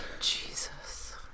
Jesus